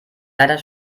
leider